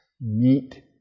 meet